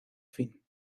fin